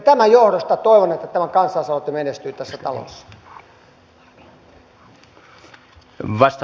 tämän johdosta toivon että tämä kansalaisaloite menestyy tässä talossa